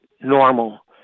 normal